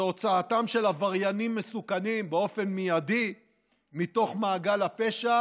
זה הוצאתם של עבריינים מסוכנים באופן מיידי מתוך מעגל הפשע,